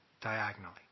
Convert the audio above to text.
diagonally